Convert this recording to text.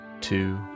two